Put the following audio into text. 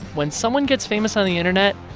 when someone gets famous on the internet,